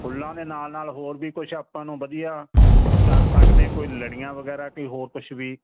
ਫੁੱਲਾਂ ਦੇ ਨਾਲ ਨਾਲ ਹੋਰ ਵੀ ਕੁਝ ਆਪਾਂ ਨੂੰ ਵਧੀਆ ਕਰ ਸਕਦੇ ਕੋਈ ਲੜੀਆਂ ਵਗੈਰਾ ਕੋਈ ਹੋਰ ਕੁਝ ਵੀ